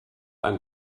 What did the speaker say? ein